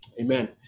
amen